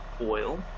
oil